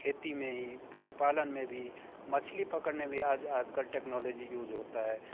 खेती में ही पशुपालन में भी मछली पकड़ने भी आज आज कल टेक्नोलॉजी यूज़ होती है